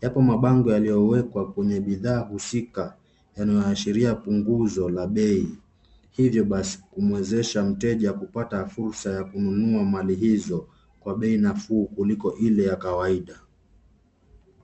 Yapo mabango yaliyowekwa kwenye bidhaa husika, yanayoashiria punguzo la bei, hivyo basi kumwezesha mteja kupata fursa ya kununua mali hizo, kwa bei nafuu kuliko ile ya kawaida.